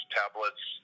tablets